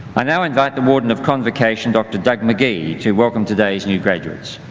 i now invite the warden of convocation, dr. doug mcghie to welcome today's new graduates.